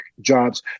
jobs